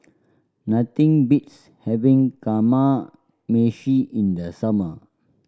nothing beats having Kamameshi in the summer